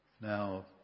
now